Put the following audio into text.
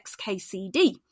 XKCD